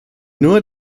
nur